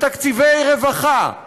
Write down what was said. בתקציבי רווחה,